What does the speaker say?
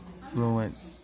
influence